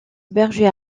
berger